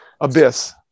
abyss